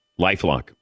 LifeLock